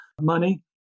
money